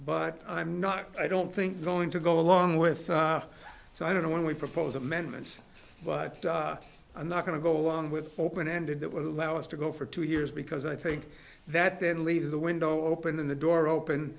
but i'm not i don't think going to go along with so i don't know when we propose amendments but i'm not going to go along with open ended that will allow us to go for two years because i think that then leaves the window open the door open